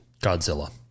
Godzilla